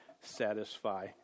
satisfy